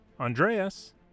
andreas